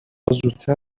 زودتر